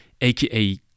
aka